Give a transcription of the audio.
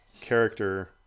character